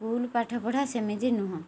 school ପାଠ ପଢ଼ା ସେମିତି ନୁହଁ